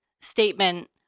statement